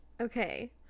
okay